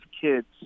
kids